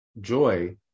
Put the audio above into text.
joy